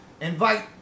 Invite